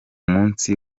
musi